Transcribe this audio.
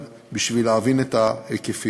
אבל בשביל להבין את ההיקפים,